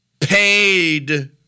paid